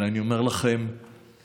אבל אני אומר לכם שכמסה,